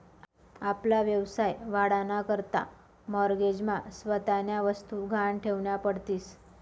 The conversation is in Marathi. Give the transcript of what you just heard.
आपला व्यवसाय वाढावा ना करता माॅरगेज मा स्वतःन्या वस्तु गहाण ठेवन्या पडतीस